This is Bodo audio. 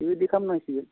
बेबायदि खालामनांसिगोन